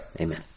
Amen